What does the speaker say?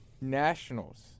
Nationals